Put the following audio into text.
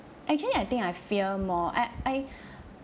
actually I think I fear more I I